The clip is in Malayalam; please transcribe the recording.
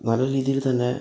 നല്ല രീതിയിൽ തന്നെ